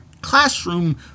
classroom